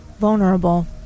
vulnerable